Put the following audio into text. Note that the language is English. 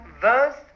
verse